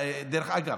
דרך אגב,